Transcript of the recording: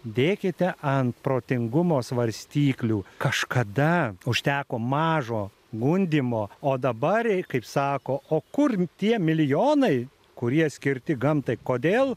dėkite ant protingumo svarstyklių kažkada užteko mažo gundymo o dabar kaip sako o kur tie milijonai kurie skirti gamtai kodėl